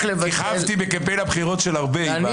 כיכבתי בקמפיין הבחירות של הרבה עם הציטוט שלי.